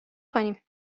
کنیم